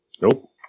Nope